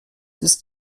ist